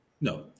No